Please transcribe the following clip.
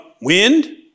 wind